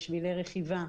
בשבילי רכיבה,